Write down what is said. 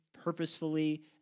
purposefully